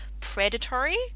predatory